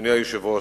אדוני היושב-ראש,